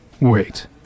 Wait